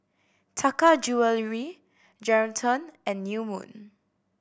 Taka Jewelry Geraldton and New Moon